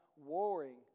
Warring